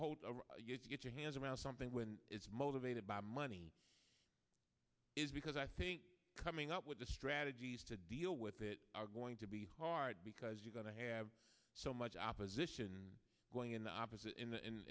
of you to get your hands around something when it's motivated by money is because i think coming up with the strategies to deal with it are going to be hard because you're going to have so much opposition going in the opposite in the in